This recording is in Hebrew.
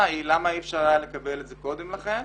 היא למה אי אפשר היה לקבל את זה קודם לכן.